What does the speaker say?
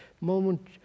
moment